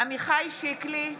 עמיחי שיקלי,